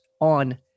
on